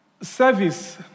service